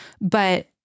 But-